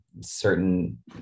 certain